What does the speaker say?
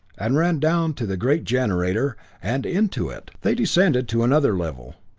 and ran down to the great generator, and into it. they descended to another level.